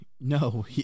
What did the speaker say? no